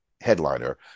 headliner